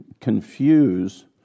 confuse